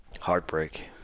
Heartbreak